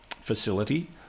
facility